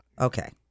Okay